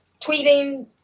tweeting